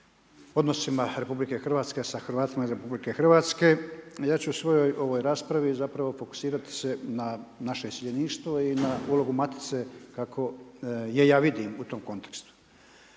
odnosima Republike Hrvatske sa Hrvatima izvan Republike Hrvatske. Ja ću u svojoj ovoj raspravi zapravo fokusirati se na naše iseljeništvo i na ulogu Matice kako je ja vidim u tom kontekstu.